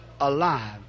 alive